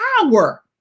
power